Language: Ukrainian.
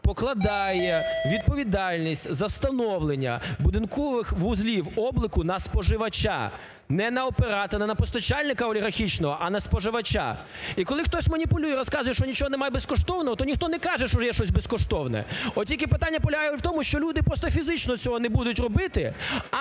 покладає відповідальність за встановлення будинкових вузлів обліку на споживача, не на оператора, не на постачальника олігархічного, а на споживача. І коли хтось маніпулює і розказує, що нічого немає безкоштовного, то ніхто не каже, що є щось безкоштовне. От тільки питання полягає в тому, що люди просто фізично цього не будуть робити.